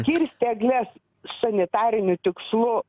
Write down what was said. kirst egles sanitariniu tikslu